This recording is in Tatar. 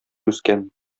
үскән